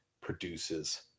produces